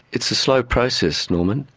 it's a slow process, norman.